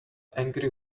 angry